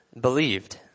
believed